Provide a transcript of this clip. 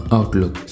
Outlook